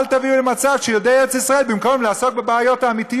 אני מציע לך, נקים ארגון להחזיר את האחים,